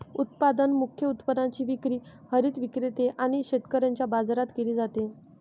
उत्पादन मुख्य उत्पादनाची विक्री हरित विक्रेते आणि शेतकऱ्यांच्या बाजारात केली जाते